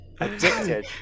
Addicted